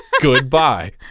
Goodbye